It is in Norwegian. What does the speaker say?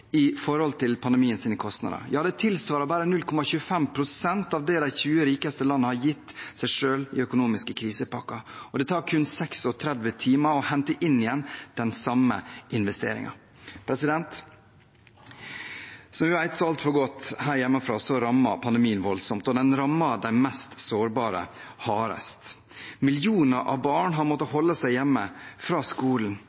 i forhold til pandemiens kostnader. Det tilsvarer bare 0,25 pst. av det de 20 rikeste landene har gitt seg selv i økonomiske krisepakker. Og det tar kun 36 timer å hente inn igjen den samme investeringen. Som vi vet så altfor godt her hjemmefra, rammer pandemien voldsomt, og den rammer de mest sårbare hardest. Millioner av barn har måttet